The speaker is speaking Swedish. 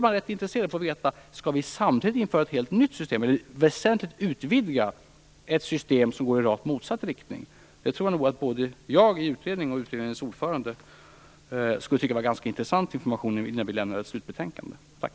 Jag är intresserad av att få veta om man samtidigt skall införa ett helt nytt system, eller väsentligt utvidga ett system, som går i rakt motsatt riktning. Jag tror att både jag och utredningens ordförande tycker att det är en ganska intressant information att få innan vi lämnar ett slutbetänkande. Tack!